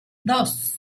dos